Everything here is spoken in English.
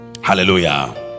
hallelujah